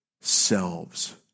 selves